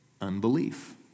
unbelief